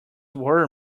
were